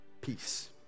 Peace